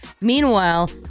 Meanwhile